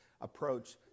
Approach